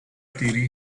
theory